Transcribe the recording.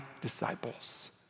disciples